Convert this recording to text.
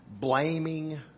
blaming